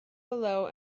below